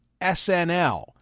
SNL